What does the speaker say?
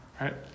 Right